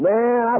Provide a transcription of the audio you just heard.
Man